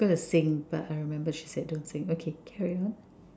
was going to sing but I remember she said don't sing okay carry on